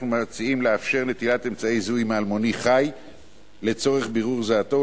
אנחנו מציעים לאפשר נטילת אמצעי זיהוי מאלמוני חי לצורך בירור זהותו,